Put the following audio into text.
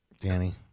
Danny